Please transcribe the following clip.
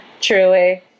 truly